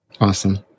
Awesome